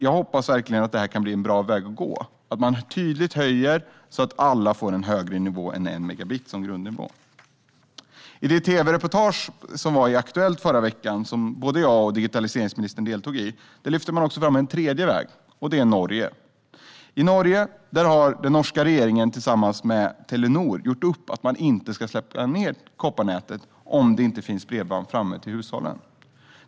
Jag hoppas verkligen att detta kan bli en bra väg att gå - att man tydligt höjer så att alla får en högre nivå än 1 megabit som grundnivå. I det tv-reportage som var i Aktuellt i förra veckan och som både jag och digitaliseringsministern deltog i lyftes en tredje väg fram, nämligen Norge. Den norska regeringen har tillsammans med Telenor gjort upp om att inte släcka ned kopparnätet om det inte finns bredband fram till hushållen.